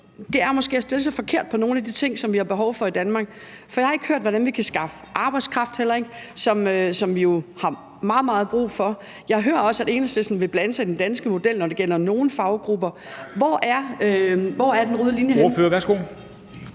nu, er at stille sig forkert i forhold til nogle af de ting, som vi har behov for i Danmark. For jeg har ikke hørt, hvordan vi kan skaffe arbejdskraft, som vi jo har meget, meget brug for. Jeg hører også, at Enhedslisten vil blande sig i den danske model, når det gælder nogle faggrupper. Hvor er den røde tråd